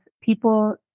people